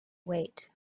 wait